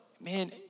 man